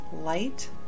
light